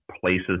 places